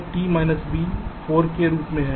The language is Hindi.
यह t b 4 के रूप में